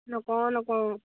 নকওঁ নকওঁ